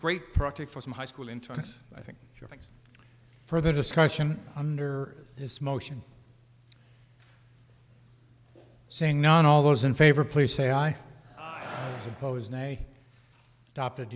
great project for some high school internet i think further discussion under this motion saying not all those in favor please say i suppose nay adopted